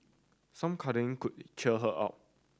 some cuddling could cheer her up